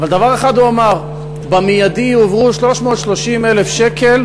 אבל דבר אחד הוא אמר: במיידי יועברו 330,000 שקל